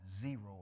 zero